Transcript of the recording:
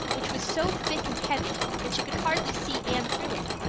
which was so thick and heavy that she could hardly see anne through it,